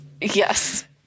yes